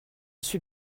suis